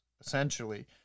essentially